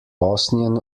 bosnien